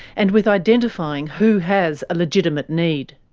and with identifying who has a legitimate need.